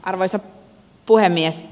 arvoisa puhemies